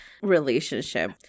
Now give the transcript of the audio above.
relationship